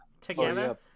together